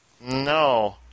No